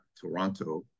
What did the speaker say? Toronto